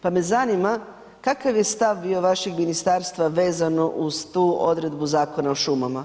Pa me zanima kakav je stav bio vašeg ministarstva vezano uz tu odredbu Zakona o šumama?